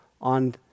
on